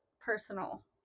personal